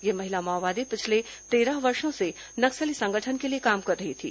यह महिला माओवादी पिछले तेरह वर्षो से नक्सली संगठन के लिए काम कर रही थी